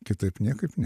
kitaip niekaip ne